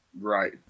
Right